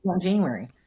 January